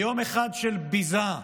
ליום אחד של ביזה,